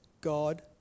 God